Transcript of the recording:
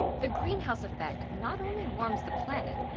the greenhouse effect not only warms the planet,